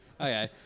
Okay